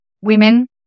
women